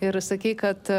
ir sakei kad